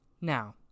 Now